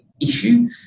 issue